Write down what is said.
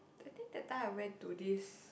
I think that time I went to this